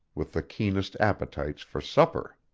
with the keenest appetites for supper.